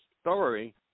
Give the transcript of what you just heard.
story